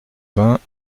vingts